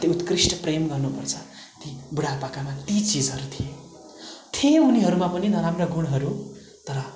अति उत्कृष्ट प्रेम गर्नुपर्छ ती बुढापाकामा ती चिजहरू थिए थिए उनीहरूमा पनि नराम्रो गुणहरू तर